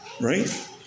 Right